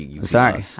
Sorry